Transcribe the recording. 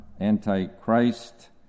anti-Christ